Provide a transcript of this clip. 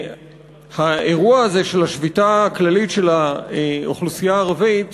והאירוע הזה של השביתה הכללית של האוכלוסייה הערבית